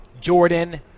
Jordan